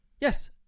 yes